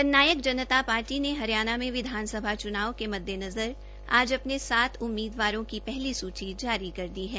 जननायक जनता पार्टी ने हरियाणा में विधानसभा च्नाव के मद्देनज़र आज अपने सात उम्मीदवारों की पहली सूची जारी कर दी है